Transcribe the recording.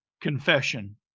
confession